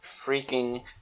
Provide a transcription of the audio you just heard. freaking